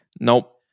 Nope